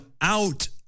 out